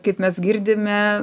kaip mes girdime